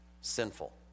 Sinful